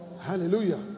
Hallelujah